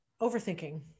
overthinking